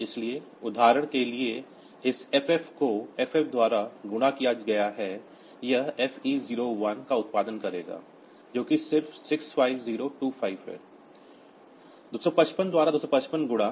इसलिए उदाहरण के लिए इस FF को FF द्वारा गुणा किया गया है यह FE01 का उत्पादन करेगा जो कि सिर्फ 65025 है 255 द्वारा 255 गुणा